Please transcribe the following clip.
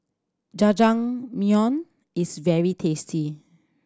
jajangmyeon is very tasty